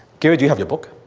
gary, do you have your book?